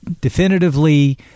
definitively